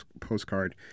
postcard